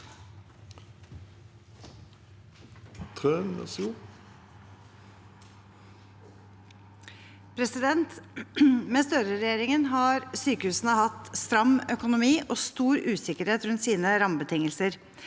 Med Støre- regjeringen har sykehusene hatt stram økonomi og stor usikkerhet rundt sine rammebetingelser.